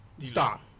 Stop